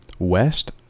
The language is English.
West